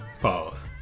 pause